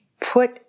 put